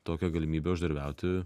tokią galimybę uždarbiauti